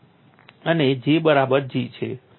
અને J બરાબર G છે